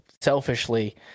selfishly